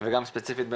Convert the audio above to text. גם עם נציגי מפיקים,